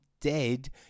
dead